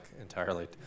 entirely